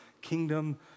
kingdom